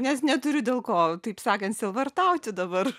nes neturiu dėl ko taip sakant sielvartauti dabar